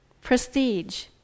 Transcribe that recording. Prestige